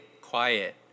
quiet